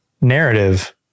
narrative